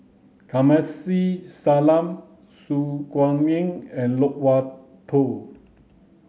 Kamsari Salam Su Guaning and Loke Wan Tho